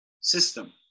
system